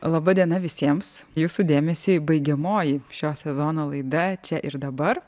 laba diena visiems jūsų dėmesiui baigiamoji šio sezono laida čia ir dabar